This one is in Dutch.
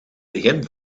begin